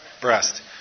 Breast